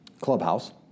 clubhouse